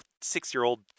six-year-old